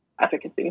efficacy